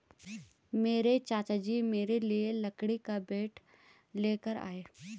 मेरे चाचा जी मेरे लिए लकड़ी का बैट लेकर आए